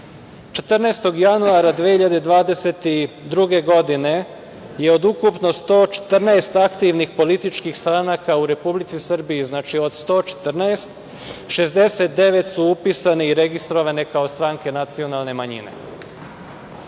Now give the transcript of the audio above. januara 2022. godine, je od ukupno 114 aktivnih političkih stranaka u Republici Srbiji, znači od 114, dalje 69 su upisane i registrovane kao stranke nacionalne manjine. Godine